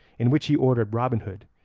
in which he ordered robin hood,